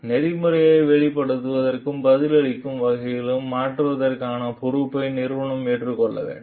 செயல்முறை வெளிப்படுத்துவதற்கு பதிலளிக்கும் வகையில் மாற்றுவதற்கான பொறுப்பை நிறுவனம் ஏற்றுக்கொள்ள வேண்டும்